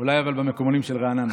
אבל אולי במקומונים של רעננה.